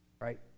right